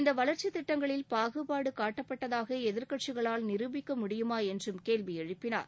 இந்த வளர்ச்சி திட்டங்களில் பாகுபாடு காட்டப்பட்டதாக எதிர்க்கட்சிகளால் நிருபிக்க முடியுமா என்றம் கேள்வி எழுப்பினார்